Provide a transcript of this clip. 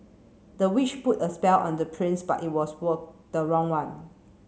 the witch put a spell on the prince but it was were the wrong one